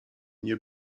nie